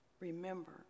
remember